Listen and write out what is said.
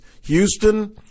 Houston